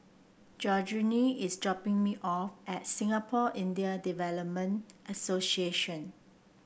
Georgine is dropping me off at Singapore Indian Development Association